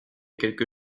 quelque